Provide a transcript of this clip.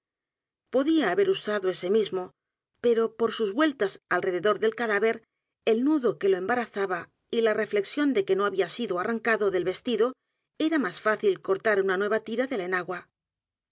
podía haber usado ese mismo pero por sus vueltas alrededor del cadáver el nudo que lo embarazaba y la reflexión de que no había sido a r r a n c a d o del vestido era más fácil cortar una nueva tira de la enagua